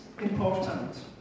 important